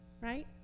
right